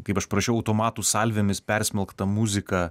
kaip aš parašiau automatų salvėmis persmelktą muziką